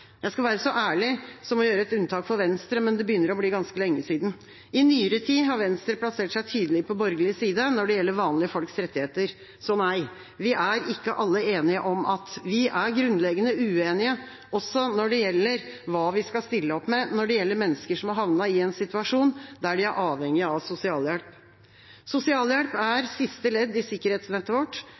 Jeg skal være ærlig og gjøre et unntak for Venstre, men det begynner å bli ganske lenge siden. I nyere tid har Venstre plassert seg tydelig på borgerlig side når det gjelder vanlige folks rettigheter. Så nei, vi er ikke alle enige om at – vi er grunnleggende uenige, også når det gjelder hva vi skal stille opp med for mennesker som har havnet i en situasjon der de er avhengige av sosialhjelp. Sosialhjelp er siste ledd i sikkerhetsnettet vårt.